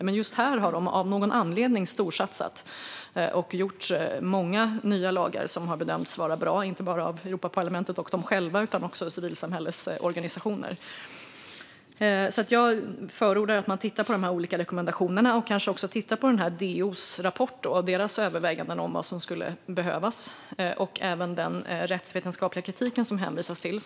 Men just här har de av någon anledning storsatsat och stiftat många nya lagar som har bedömts vara bra, inte bara av Europaparlamentet och dem själva utan också av civilsamhällesorganisationer. Jag förordar att man tittar på de olika rekommendationerna och kanske också på DO:s rapport och deras överväganden av vad som skulle behövas och även den rättsvetenskapliga kritik som det hänvisas till.